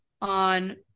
on